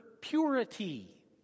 purity